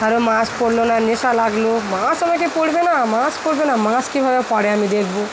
তাও মাছ পড়লো না নেশা লাগলো মাছ আমাকে পড়বে না মাছ পড়বে না মাছ কীভাবে পড়ে আমি দেখব